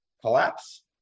collapse